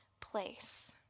place